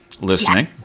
Listening